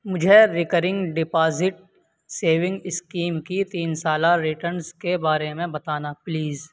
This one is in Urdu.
مجھے ریکرنگ ڈپازٹ سیونگ اسکیم کی تین سالہ ریٹرنز کے بارے میں بتانا پلیز